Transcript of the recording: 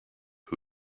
who